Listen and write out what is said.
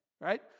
right